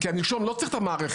כי הנישום לא צריך את המערכת.